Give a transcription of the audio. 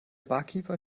barkeeper